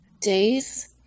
days